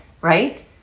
Right